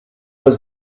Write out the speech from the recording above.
was